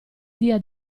dia